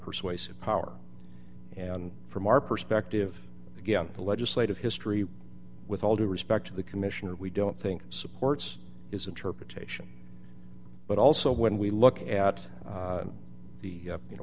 persuasive power and from our perspective again the legislative history with all due respect to the commissioner we don't think supports his interpretation but also when we look at the you know